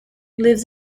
lives